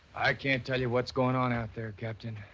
i can't tell you what's going on out there, captain.